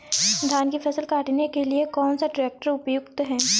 धान की फसल काटने के लिए कौन सा ट्रैक्टर उपयुक्त है?